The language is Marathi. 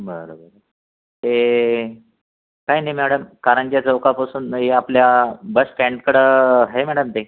बरं हे काही नाही मॅडम कारंजा चौकापासून या आपल्या बसस्टँडकडं आहे मॅडम ते